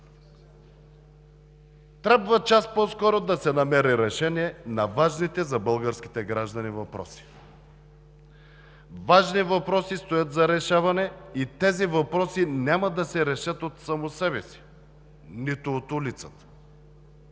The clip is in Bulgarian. Трябва час по-скоро да се намери решение на важните за българските граждани въпроси. Важни въпроси стоят за решаване и тези въпроси няма да се решат от само себе си, нито от улицата.